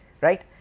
right